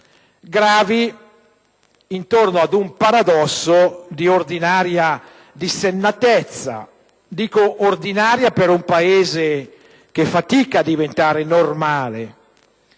gravi intorno a un paradosso di ordinaria dissennatezza; dico «ordinaria» per un Paese che fatica a diventare normale.